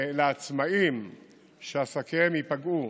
לעצמאים שעסקיהם ייפגעו